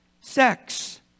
sex